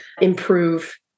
improve